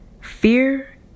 Fear